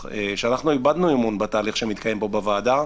שאיבדנו אמון בתהליך שמתקיים פה בוועדה,